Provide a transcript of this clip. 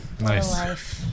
Nice